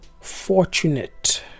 Fortunate